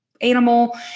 animal